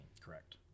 Correct